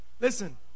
Listen